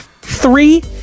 three